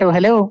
Hello